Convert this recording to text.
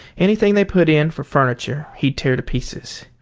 anything they put in for furniture he'd tear to pieces,